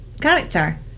character